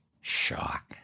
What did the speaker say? shock